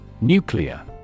Nuclear